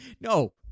No